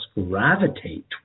gravitate